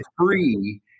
free